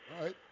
right